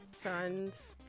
Sons